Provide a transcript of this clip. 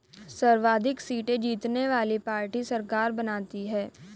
सर्वाधिक सीटें जीतने वाली पार्टी सरकार बनाती है